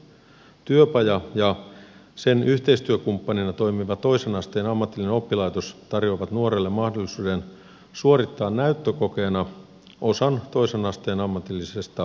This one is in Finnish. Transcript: työpaja ja sen yhteistyökumppanina toimiva toisen asteen ammatillinen oppilaitos tarjoavat nuorelle mahdollisuuden suorittaa näyttökokeena osan toisen asteen ammatillisesta koulutuksesta